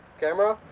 camera.